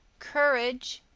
courage,